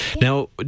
Now